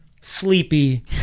sleepy